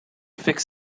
fixed